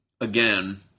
Again